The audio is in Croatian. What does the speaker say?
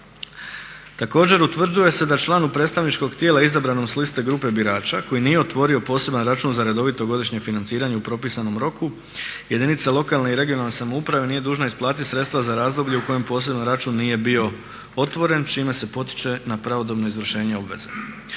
Također, utvrđuje se da članu predstavničkog tijela izabranom s liste grupe birača koji nije otvorio poseban račun za redovito godišnje financiranje u propisanom roku jedinica lokalne i regionalne samouprave nije dužna isplatiti sredstva za razdoblje u kojem poseban račun nije bio otvoren čime se potiče na pravodobno izvršenje obveze.